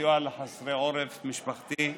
הסיוע לחסרי עורף משפחתי,